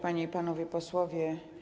Panie i Panowie Posłowie!